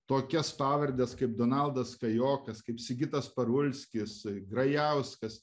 tokias pavardes kaip donaldas kajokas kaip sigitas parulskis grajauskas